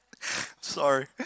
Sorry